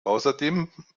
außerdem